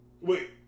Wait